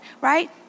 right